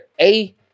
A-